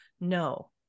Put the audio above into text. no